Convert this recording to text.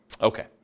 Okay